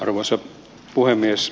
arvoisa puhemies